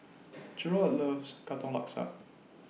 Jarrod loves Katong Laksa